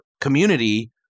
community